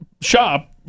Shop